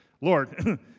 Lord